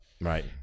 right